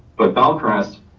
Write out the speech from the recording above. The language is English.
but bellcrest,